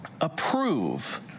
approve